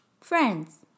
Friends